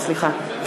סליחה.